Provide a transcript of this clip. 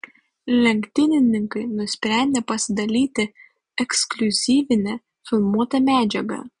lenktynininkai nusprendė pasidalyti ekskliuzyvine filmuota medžiaga